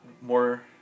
more